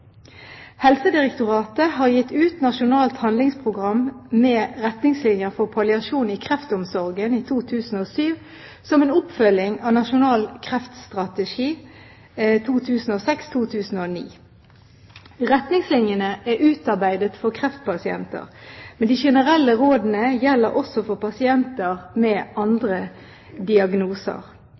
Helsedirektoratet har gitt ut Nasjonalt handlingsprogram med retningslinjer for palliasjon i kreftomsorgen i 2007 som en oppfølging av nasjonal kreftstrategi 2006–2009. Retningslinjene er utarbeidet for kreftpasienter, men de generelle rådene gjelder også for pasienter med andre diagnoser.